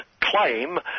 claim